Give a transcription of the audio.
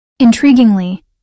Intriguingly